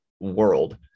world